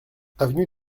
avenue